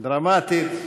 דרמטית.